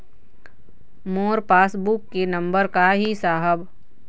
मोर पास बुक के नंबर का ही साहब?